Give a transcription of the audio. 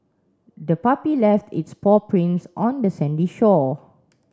the puppy left its paw prints on the sandy shore